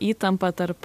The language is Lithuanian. įtampa tarp